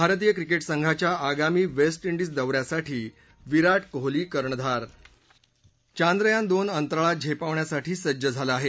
भारतीय क्रिके संघाच्या आगामी वेस इंडिज दौ यासाठी विरा कोहली कर्णधार चांद्रयान दोन अंतराळात झेपावण्यासाठी सज्ज झालं आहे